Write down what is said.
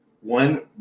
one